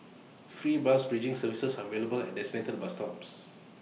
free bus bridging services are available at designated bus stops